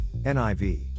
NIV